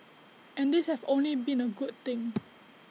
and these have only been A good thing